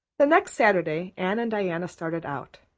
the next saturday anne and diana started out.